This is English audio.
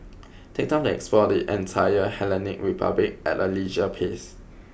take time to explore the entire Hellenic Republic at a leisure pace